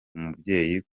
umubyeyi